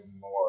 more